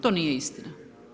To nije istina.